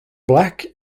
black